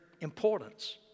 importance